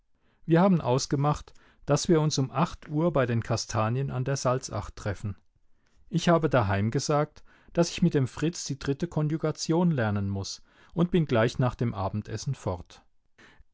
wir haben ausgemacht daß wir uns um acht uhr daß ich mit dem fritz die dritte konjugation lernen muß und bin gleich nach dem abendessen fort